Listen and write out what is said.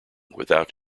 without